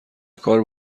کار